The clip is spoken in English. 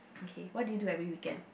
okay what do you do every weekend